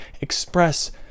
express